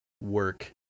work